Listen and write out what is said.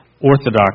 orthodox